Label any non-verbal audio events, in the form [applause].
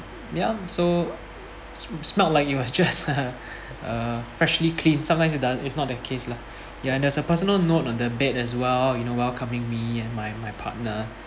ya so s~ smelt like it was just [laughs] uh freshly clean sometimes the it's not the case lah ya and there's a personal note on the bed as well you know welcoming me and my my partner